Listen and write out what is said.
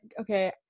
okay